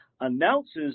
announces